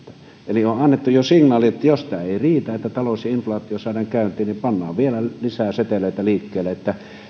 eli on annettu jo signaali että jos tämä ei riitä siihen että talous ja inflaatio saadaan käyntiin niin pannaan vielä lisää seteleitä liikkeelle